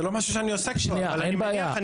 זה לא משהו שאני עוסק בו, אני מכיר את